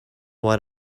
what